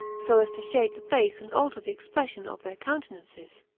so as to shade the face and alter the expression of their countenances.